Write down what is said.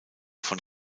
von